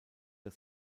das